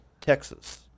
texas